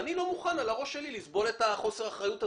אני לא מוכן על הראש שלי לסבול את חוסר האחריות הזאת.